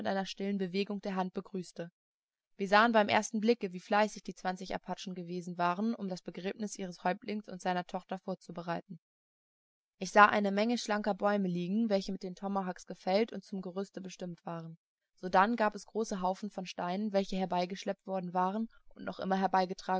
einer stillen bewegung der hand begrüßte wir sahen beim ersten blicke wie fleißig die zwanzig apachen gewesen waren um das begräbnis ihres häuptlings und seiner tochter vorzubereiten ich sah eine menge schlanker bäume liegen welche mit den tomahawks gefällt und zum gerüste bestimmt waren sodann gab es große haufen von steinen welche herbeigeschleppt worden waren und noch immer